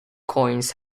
coins